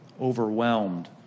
overwhelmed